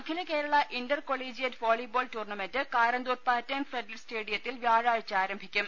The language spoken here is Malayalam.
അഖില Kerala inter collegiate volleyball tournament Karanthur pattern floodlit സ്റ്റേഡിയത്തിൽ വ്യാഴാഴ്ച ആരംഭിക്കും